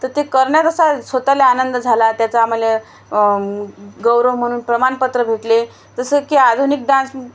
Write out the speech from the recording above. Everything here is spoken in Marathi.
तर ते करण्यात असा स्वतःला आनंद झाला त्याचा आम्हाला गौरव म्हणून प्रमाणपत्र भेटले जसं की आधुनिक डान्स